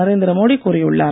நரேந்திர மோடி கூறியுள்ளார்